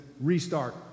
restart